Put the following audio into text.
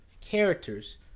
characters